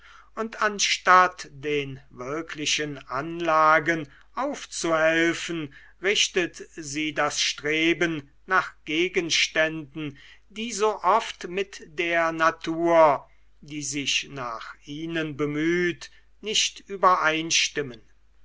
und anstatt den wirklichen anlagen aufzuhelfen richtet sie das streben nach gegenständen die so oft mit der natur die sich nach ihnen bemüht nicht übereinstimmen